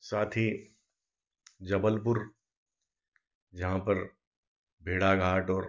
साथ ही जबलपुर जहाँ पर भेड़ा घाट और